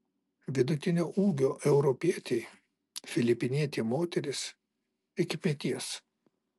vidutinio ūgio europietei filipinietė moteris iki peties